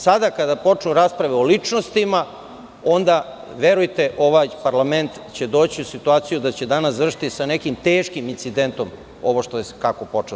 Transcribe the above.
Sada, kada počnu rasprave o ličnostima onda verujte ovaj parlament će doći u situaciju da će danas završiti sa nekim teškim incidentom ovako kako je počelo.